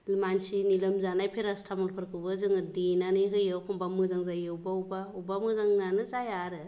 मानसिनि लोमजानाय पेरासिटामलफोरखौबो जोङो देनानै होयो एखमब्ला मोजां जायो बबेबा बबेबा एखमब्ला मोजाङानो जाया आरो